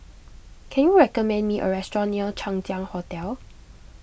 can you recommend me a restaurant near Chang Ziang Hotel